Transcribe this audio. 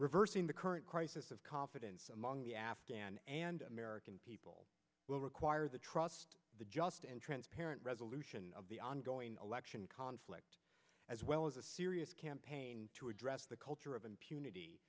reversing the current crisis of confidence among the afghan and american people will require the trust the just and transparent resolution of the ongoing election conflict as well as a serious campaign to address the culture of